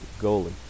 goalie